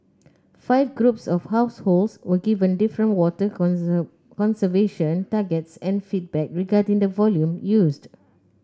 five groups of households were given different water conservation targets and feedback regarding the volume used